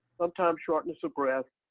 sometimes shortness of breath,